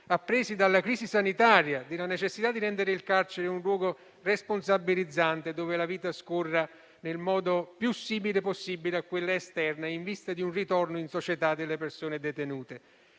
appresi dalla crisi sanitaria e della necessità di rendere il carcere un luogo responsabilizzante, nel quale la vita scorra nel modo più simile possibile a quella esterna, in vista di un ritorno in società delle persone detenute.